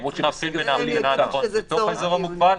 --- אלא אם הם יגידו שזה צורך חיוני.